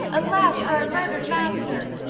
alas for our murdered master!